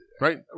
right